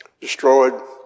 destroyed